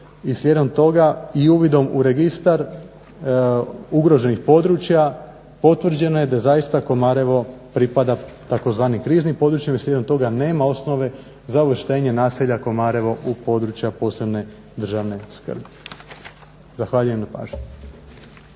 slijedom toga i uvidom u Registar ugroženih područja potvrđeno je da zaista Komarevo pripada tzv. kriznim područjima. Slijedom toga nema osnove za uvrštenje naselja Komarevo u područja posebne državne skrbi. Zahvaljujem na pažnji.